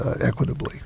equitably